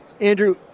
Andrew